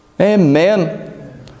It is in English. Amen